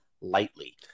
lightly